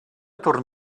torn